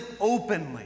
openly